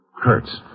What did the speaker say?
Kurtz